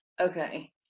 Okay